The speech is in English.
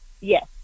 Yes